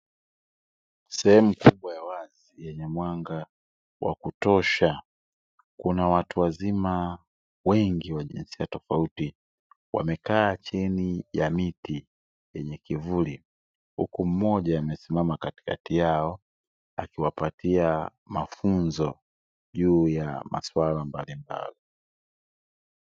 Sehemu kubwa ya wazi yenye mwanga wa kutosha. Kuna watu wazima wengi wa jinsia tofauti. Wamekaa chini ya miti yenye kivuli huku mmoja amesimama katikati yao akiwapatia mafunzo juu ya maswala mbalimbali.